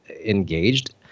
engaged